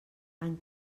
any